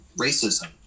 racism